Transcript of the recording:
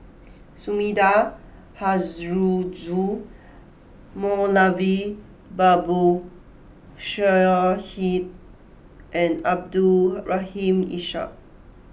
Sumida Haruzo Moulavi Babu Sahib and Abdul Rahim Ishak